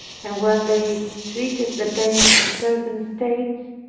and when they treated the pains of certain states,